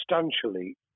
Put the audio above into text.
substantially